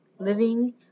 Living